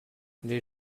les